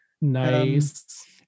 Nice